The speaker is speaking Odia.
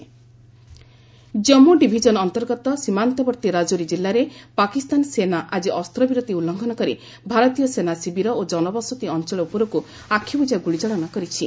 ସିକ୍ଫାୟାର ଭାଓଲେସନ୍ ଜନ୍ମୁ ଡିଭିଜନ ଅନ୍ତର୍ଗତ ସୀମାନ୍ତବର୍ତ୍ତୀ ରାଜୌରୀ ଜିଲ୍ଲାରେ ପାକିସ୍ତାନ ସେନା ଆଜି ଅସ୍ତ୍ରବିରତି ଉଲୁ୍ଘନ କରି ଭାରତୀୟ ସେନା ଶିବିର ଓ ଜନବସତି ଅଞ୍ଚଳ ଉପରକୁ ଆଖିବୁଜା ଗୁଳିଚାଳନା କରିଛି